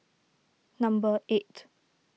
number eight